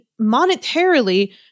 monetarily